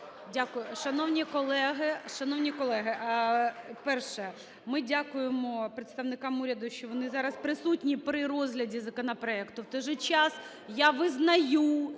колеги! Шановні колеги, перше. Ми дякуємо представникам уряду, що вони зараз присутні при розгляді законопроекту. В той же час, я визнаю